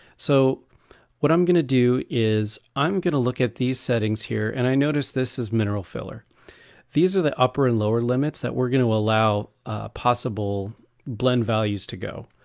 so what i'm gonna do is i'm gonna look at these settings here and i notice this is mineral filler these are the upper and lower limits that we're going to allow possible blend values to go.